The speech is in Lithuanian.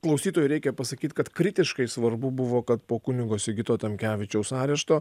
klausytojui reikia pasakyt kad kritiškai svarbu buvo kad po kunigo sigito tamkevičiaus arešto